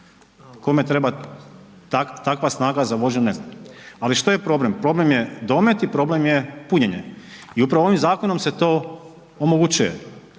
kome treba takva snaga za vožnju, ne znam. Ali što je problem? Problem je domet i problem je punjene i upravo ovim zakonom se to omogućuje,